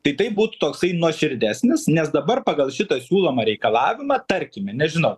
tai taip būtų toksai nuoširdesnis nes dabar pagal šitą siūlomą reikalavimą tarkime nežinau